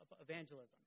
evangelism